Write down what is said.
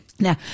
Now